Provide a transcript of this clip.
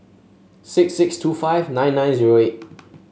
six six two five nine nine zero eight